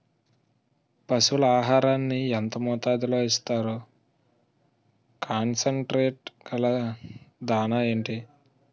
పశువుల ఆహారాన్ని యెంత మోతాదులో ఇస్తారు? కాన్సన్ ట్రీట్ గల దాణ ఏంటి?